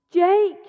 Jake